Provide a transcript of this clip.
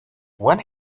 what